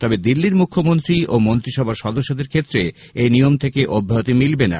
তবে দিল্লীর মুখ্যমন্ত্রী ও মন্ত্রিসভার সদস্যদের ক্ষেত্রে এই নিয়ম থেকে অব্যাহতি মিলবে না